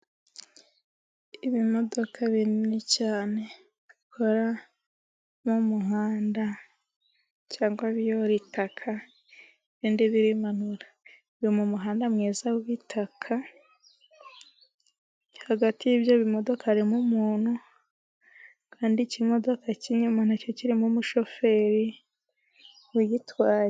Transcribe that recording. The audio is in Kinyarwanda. Ibimodoka binini cyane bikora mu muhanda cyangwa biyora itaka , ibindi birimanura . Biri mu muhanda mwiza w'ibitaka, hagati y'ibyo bimodoka harimo umuntu , kandi ikimodoka cy'inyuma nacyo kirimo umushoferi ugitwaye.